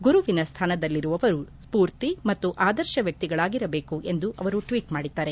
ಗುರುವಿನ ಸ್ಟಾನದಲ್ಲಿರುವವರು ಸ್ಕೂರ್ತಿ ಮತ್ತು ಆದರ್ಶ ವ್ಚಕ್ತಿಗಳಾಗಿರಬೇಕು ಎಂದು ಅವರು ಟ್ವೀಟ್ ಮಾಡಿದ್ದಾರೆ